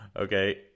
okay